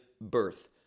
birth